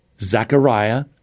Zechariah